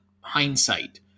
hindsight